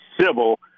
civil